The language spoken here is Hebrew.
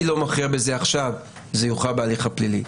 לא מכריע בזה עכשיו; זה יוכרע בהליך הפלילי.